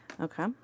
Okay